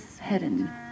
hidden